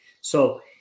So-